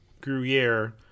Gruyere